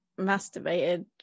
masturbated